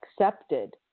accepted